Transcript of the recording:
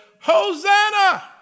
Hosanna